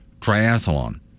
triathlon